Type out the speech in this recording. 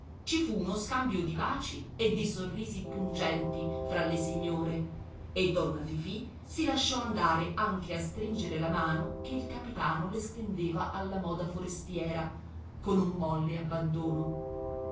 ci fu uno scambio di baci e di sorrisi pungenti fra le signore e donna fifì si lasciò andare anche a stringere la mano che il capitano le stendeva alla moda forestiera con un molle abbandono